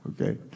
Okay